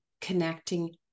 connecting